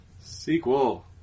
Sequel